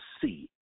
see